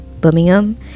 Birmingham